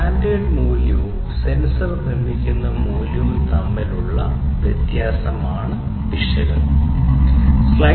standard മൂല്യവും sensor നിർമ്മിക്കുന്ന മൂല്യവും തമ്മിലുള്ള വ്യത്യാസമാണ് പിശക്